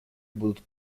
будут